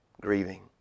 grieving